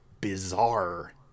bizarre